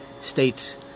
states